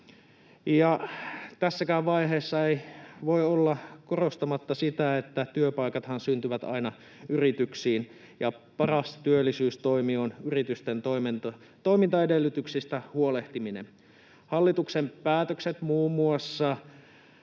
Tässäkään vaiheessa ei voi olla korostamatta sitä, että työpaikathan syntyvät aina yrityksiin ja paras työllisyystoimi on yritysten toimintaedellytyksistä huolehtiminen. Hallituksen päätöksethän muun muassa